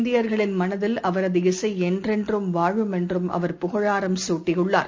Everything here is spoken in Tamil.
இந்தியர்களின் மனதில் அவரது இசைஎன்றென்றும் வாழும் என்றும் அவர் புகழாரம் குட்டியுள்ளார்